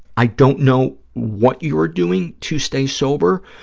i don't know what you are doing to stay sober,